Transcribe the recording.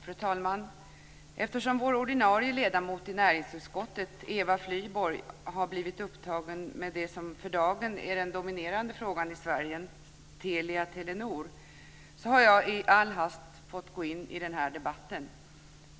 Fru talman! Eftersom vår ordinarie ledamot i näringsutskottet, Eva Flyborg, har blivit upptagen med det som för dagen är den dominerande frågan i Sverige, Telia-Telenor, har jag i all hast fått gå in i den här debatten.